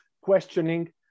questioning